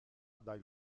dal